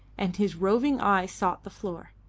and his roving eye sought the floor,